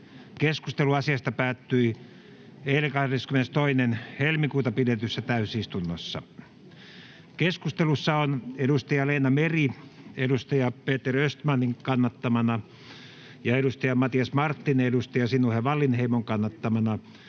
Keskustelu asiasta päättyi 22.2.2022 pidetyssä täysistunnossa. Keskustelussa ovat Leena Meri Peter Östmanin kannattamana ja Matias Marttinen Sinuhe Wallinheimon kannattamana